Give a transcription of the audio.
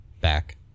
Back